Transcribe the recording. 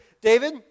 David